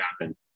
happen